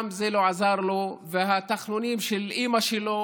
גם זה לא עזר לו, והתחנונים של אימא שלו